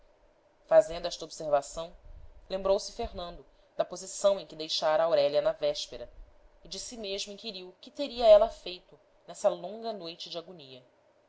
fazendo esta observação lembrou-se fernando da posição em que deixara aurélia na véspera e de si mesmo inquiriu que teria ela feito nessa longa noite de agonia